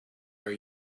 are